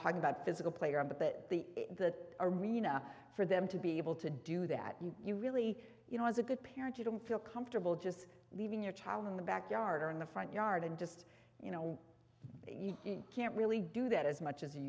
talking about physical player but that the the arena for them to be able to do that you you really you know has a good parent you don't feel comfortable just leaving your child in the backyard or in the front yard and just you know you can't really do that as much as you